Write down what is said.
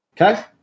Okay